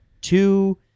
Two